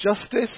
Justice